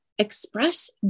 express